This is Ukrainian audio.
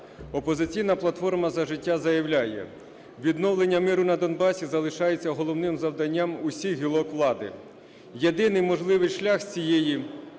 "Опозиційна платформа – За життя" заявляє: відновлення миру на Донбасі залишається завданням усіх гілок влади. Єдиний можливий шлях для цієї